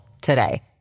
today